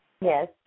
Yes